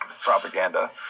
Propaganda